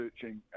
searching